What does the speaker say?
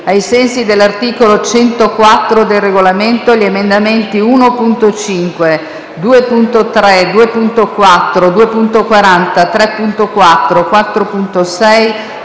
ai sensi dell'articolo 104 del Regolamento, gli emendamenti 1.5, 2.3, 2.4, 2.40, 3.4, 4.6,